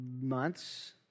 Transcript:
months